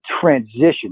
transition